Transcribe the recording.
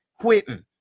quitting